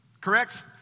Correct